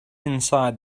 inside